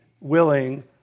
willing